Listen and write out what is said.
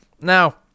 now